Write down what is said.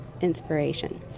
inspiration